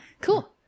Cool